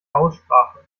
aussprache